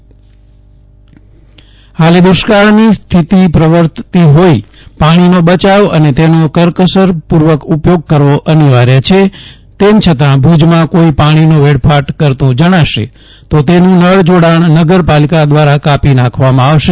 જયદિપ વૈષ્ણવ પાણી બચાવ હાલે દુષ્કાળની સ્થિતિ પ્રવર્તતી હોઇ પાણીનો બચાવ અને તેનો કરકસર પૂર્વક ઉપયોગ કરવો અનિવાર્ય છે તેમ છતાં ભુજમાં કોઇ પાણીનો વેડફાટ કરતું જણાશે તો તેનું નળ જોડાણ નગર પાલિકા દ્વારા કાપી નાખવામાં આવશે